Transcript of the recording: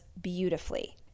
beautifully